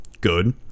good